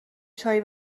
چای